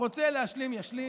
הרוצה להשלים, ישלים,